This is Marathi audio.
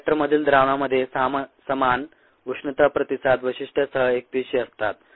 बायोरिएक्टरमधील द्रावणामध्ये समान उष्णता प्रतिसाद वैशिष्ट्यांसह एकपेशीय असतात